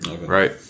right